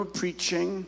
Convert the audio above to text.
preaching